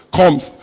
comes